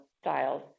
styles